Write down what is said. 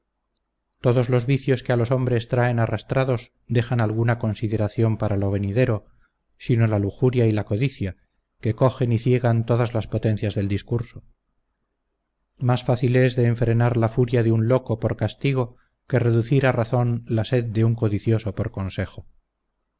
todos los vicios que a los hombres traen arrastrados dejan alguna consideración para lo venidero sino la lujuria y la codicia que cogen y ciegan todas las potencias del discurso más fácil es de enfrenar la furia de un loco por castigo que reducir a razón la sed de un codicioso por consejo